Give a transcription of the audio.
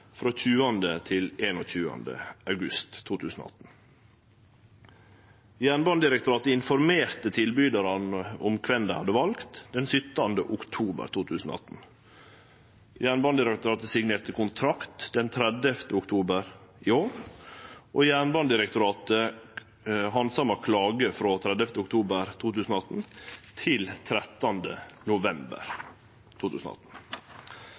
frå 20. til 21. august 2018. Jernbanedirektoratet informerte tilbydarane om kven dei hadde valt den 17. oktober 2018. Jernbanedirektoratet signerte kontrakt 30. oktober 2018. Jernbanedirektoratet handsama klage frå 30. oktober 2018 til 13. november